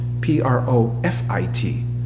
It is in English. P-R-O-F-I-T